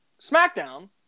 SmackDown